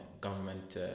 government